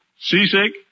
Seasick